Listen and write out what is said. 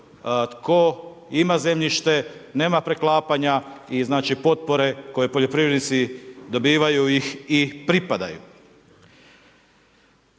tko ima zemljište, nema preklapanja i znači potpore, koje poljoprivrednici dobivaju ih i pripadaju.